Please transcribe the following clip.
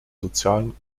sozialen